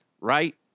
right